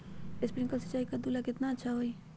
Sprinkler सिंचाई कददु ला केतना अच्छा होई?